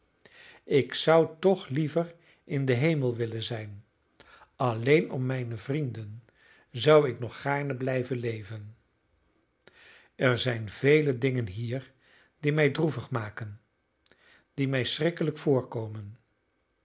ik zou toch liever in den hemel willen zijn alleen om mijne vrienden zou ik nog gaarne blijven leven er zijn vele dingen hier die mij droevig maken die mij schrikkelijk voorkomen